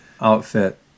outfit